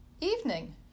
Evening